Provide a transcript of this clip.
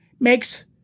makes